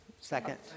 Second